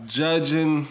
judging